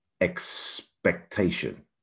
expectation